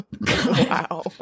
Wow